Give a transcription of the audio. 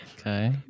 Okay